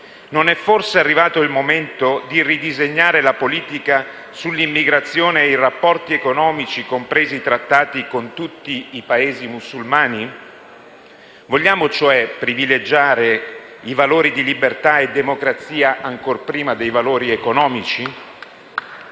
Non è forse arrivato il momento di ridisegnare la politica sull'immigrazione e i rapporti economici, compresi i Trattati, con tutti i Paesi musulmani? Vogliamo, cioè, privilegiare i valori di libertà e democrazia ancor prima dei valori economici?